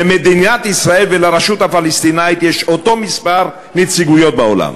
שלמדינת ישראל ולרשות הפלסטינית יש אותו מספר נציגויות בעולם?